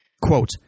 Quote